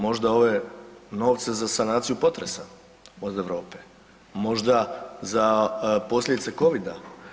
Možda ove novce za sanaciju potresa od Europe, možda za posljedice covida.